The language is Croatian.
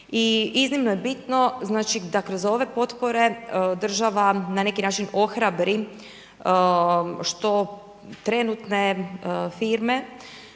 I iznimno je bitno, znači da kroz ove potpore država na neki način ohrabri što trenutne firme,